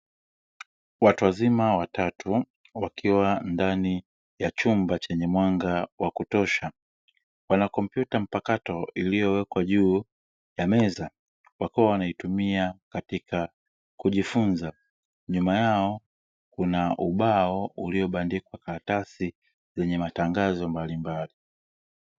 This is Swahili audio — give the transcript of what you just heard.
Watu wazima watatu wakiwa ndani ya chumba chenye mwanga wa kutosha, wana kompyuta mpakato iliyowekwa juu ya meza wakiwa wanaitumia katika kujifunza. Nyuma yao kuna ubao uliobandikwa karatasi zenye matangazo mbalimbali.